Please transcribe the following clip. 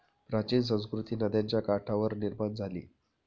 प्राचीन संस्कृती नद्यांच्या काठावर निर्माण झाली